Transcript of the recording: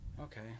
okay